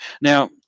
Now